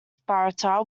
sparta